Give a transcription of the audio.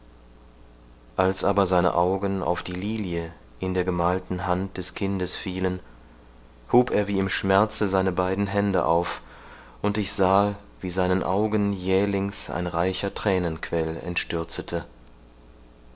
als aber seine augen auf die lilie in der gemalten hand des kindes fielen hub er wie im schmerze seine beiden hände auf und ich sahe wie seinen augen jählings ein reicher